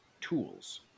tools